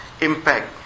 impact